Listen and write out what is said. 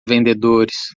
vendedores